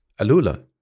Alula